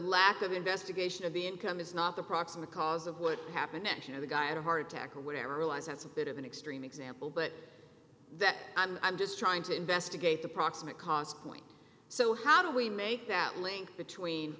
lack of investigation of the income is not the proximate cause of what happened next you know the guy had a heart attack or whatever realize that's a bit of an extreme example but that i'm just trying to investigate the proximate cause point so how do we make that link between